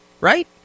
right